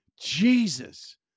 jesus